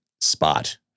spot